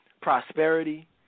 Prosperity